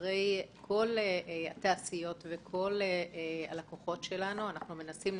מנסים להבין את התעשייה שבה כל הלקוחות שלנו נמצאים,